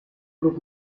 group